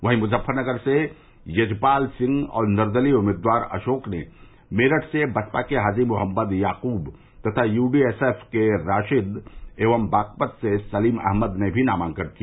वहीं मुजफरनगर से यजपाल सिंह और निर्दलीय उम्मीदवार अशोक ने मेरठ से बसपा के हाजी मोहम्मद याकूब तथा यूडीएसएफ के राशिद एवं बागपत से सलीम अहमद ने भी नामांकन किया